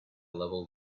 level